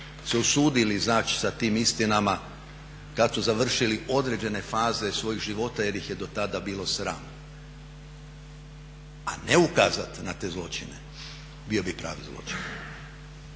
se usudili izaći sa tim istinama kada su završili određene faze svojih života jer ih je do tada bilo sram. A ne ukazati na te zločine bio bi pravi zločin.